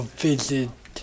visit